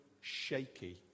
shaky